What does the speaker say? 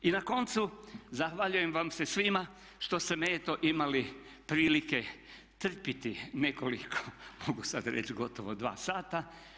I na koncu zahvaljujem vam se svima što ste me eto imali prilike trpjeti nekoliko mogu sad reći gotovo dva sata.